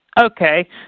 Okay